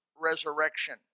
resurrection